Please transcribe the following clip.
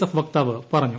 F വക്താവ് പറഞ്ഞു